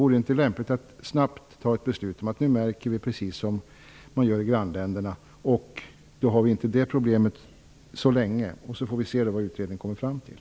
Vore det inte lämpligt att snabbt fatta ett beslut om att vi skall märka på samma sätt som man gör i grannländerna? Då skulle vi inte ha det problemet så länge. Sedan får vi se vad utredningen kommer fram till.